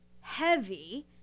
heavy